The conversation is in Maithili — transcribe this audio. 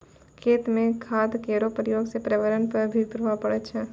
खेत म खाद केरो प्रयोग सँ पर्यावरण पर भी प्रभाव पड़ै छै